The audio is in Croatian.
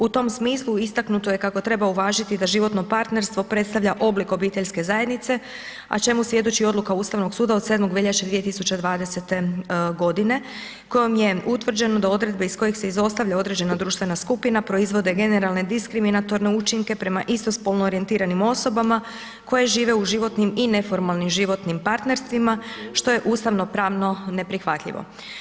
U tom smislu istaknuto je kako treba uvažiti da životno partnerstvo predstavlja oblik obiteljske zajednice, a čime svjedoči odluka Ustavnog suda od 7. veljače 2020. godine kojom je utvrđeno da odredbe iz kojih se izostavlja određena društvena skupina proizvode generalne diskriminatorne učinke prema istospolno orijentiranim osobama koje žive u životnim i neformalnim životnim partnerstvima što je ustavnopravno neprihvatljivo.